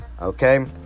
okay